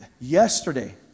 Yesterday